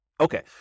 Okay